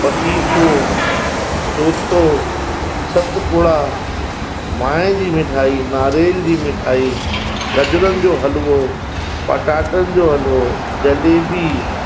पतीशो चौथो सतपुड़ा माए जी मिठाई नारेल जी मिठाई गजरुनि जो हलवो पटाटनि जो हलवो जलेबी